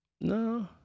No